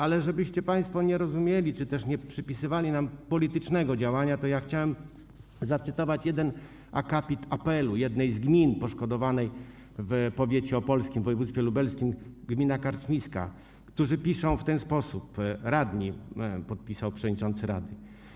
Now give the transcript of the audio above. Ale żebyście państwo nie rozumieli czy też nie przypisywali nam politycznego działania, to chciałem zacytować jeden akapit apelu jednej z poszkodowanych gmin w powiecie opolskim w województwie lubelskim, gminy Karczmiska, którzy piszą w ten sposób, piszą radni, a podpisał się przewodniczący rady: